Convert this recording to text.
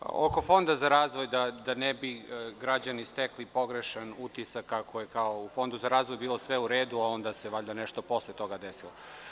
Oko Fonda za razvoj, da ne bi građani stekli pogrešan utisak kako je u Fondu za razvoj bilo sve u redu a onda se posle nešto desilo.